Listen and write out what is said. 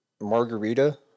Margarita